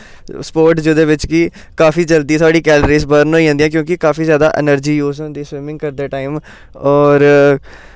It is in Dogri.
स्पोर्ट जेह्दे बिच्च कि काफी जादा जल्दी साढ़ी कैलरीस बगैरा बर्न होई जंदी ऐ क्योंकि काफी ज्यादा एनर्जी यूज होंदी ऐ स्विमिंग करदे टाइम होर